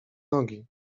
nogi